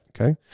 Okay